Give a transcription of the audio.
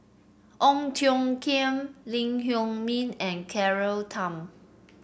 Ong Tiong Khiam Lee Huei Min and Claire Tham